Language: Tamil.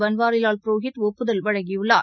பன்வாரிலால் புரோஹித் ஒப்புதல் வழங்கியுள்ளார்